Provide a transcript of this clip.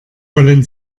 wollen